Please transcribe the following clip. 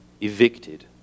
evicted